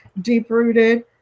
deep-rooted